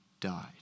died